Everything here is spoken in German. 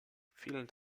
vielen